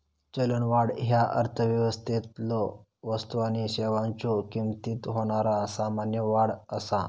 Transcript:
चलनवाढ ह्या अर्थव्यवस्थेतलो वस्तू आणि सेवांच्यो किमतीत होणारा सामान्य वाढ असा